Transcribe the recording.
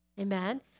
Amen